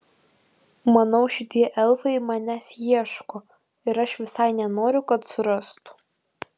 manau šitie elfai manęs ieško ir aš visai nenoriu kad surastų